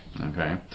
Okay